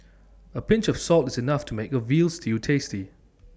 A pinch of salt is enough to make A Veal Stew tasty